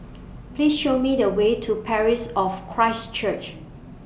Please Show Me The Way to Parish of Christ Church